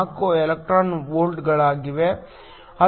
4 electron ವೋಲ್ಟ್ಗಳಿವೆ